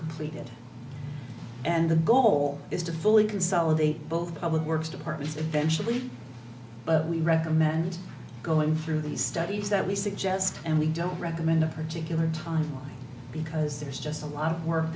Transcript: completed and the goal is to fully consolidate both public works department eventually but we recommend going through these studies that we suggest and we don't recommend a particular time because there's just a lot of work